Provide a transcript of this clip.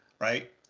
Right